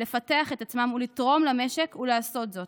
לפתח את עצמם ולתרום למשק לעשות זאת.